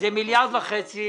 מיליארד שקל.